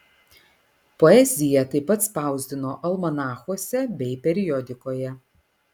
poeziją taip pat spausdino almanachuose bei periodikoje